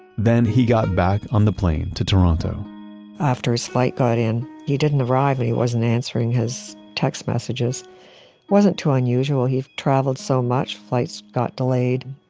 then he got back on the plane to toronto after his flight got in. he didn't arrive and he wasn't answering his text messages. it wasn't too unusual. he's traveled so much. flights got delayed.